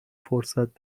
فرصت